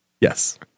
Yes